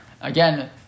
again